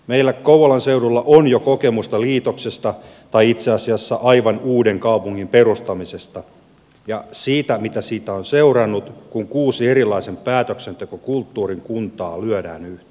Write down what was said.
meillä kouvolan seudulla on jo kokemusta liitoksesta tai itse asiassa aivan uuden kaupungin perustamisesta ja siitä mitä siitä on seurannut kun kuusi erilaisen päätöksentekokulttuurin kuntaa lyödään yhteen